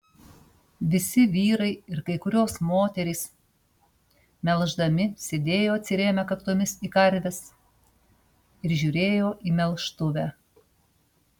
visi vyrai ir kai kurios moterys melždami sėdėjo atsirėmę kaktomis į karves ir žiūrėjo į melžtuvę